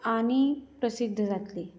आनी प्रसिध्द जातली